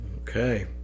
Okay